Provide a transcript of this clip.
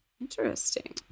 Interesting